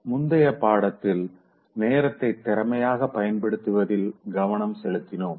முந்தைய பாடத்தில் நேரத்தை திறமையாக பயன்படுத்துவதில் கவனம் செலுத்தினோம்